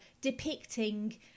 depicting